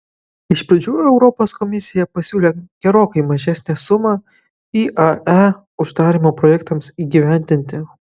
iš pradžių europos komisija pasiūlė gerokai mažesnę sumą iae uždarymo projektams įgyvendinti